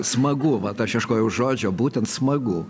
smagu vat aš ieškojau žodžio būtent smagu